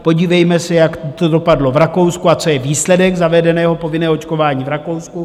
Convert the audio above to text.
Podívejme se, jak to dopadlo v Rakousku a co je výsledek zavedeného povinného očkování v Rakousku.